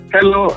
Hello